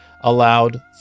allowed